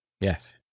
Yes